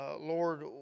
Lord